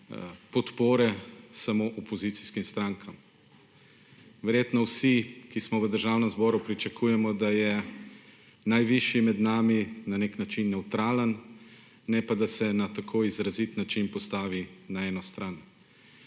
podpore samo opozicijskim strankam. Verjetno vsi, ki smo v Državnem zboru, pričakujemo, da je najvišji med nami na nek način nevtralen, ne pa da se na tako izrazit način postavi na eno stran.